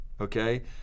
okay